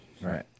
right